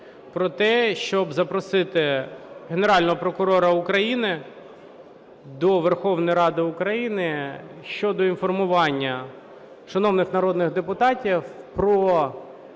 про те, щоб запросити Генерального прокурора України до Верховної Ради України щодо інформування шановних народних депутатів про